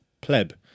pleb